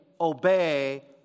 obey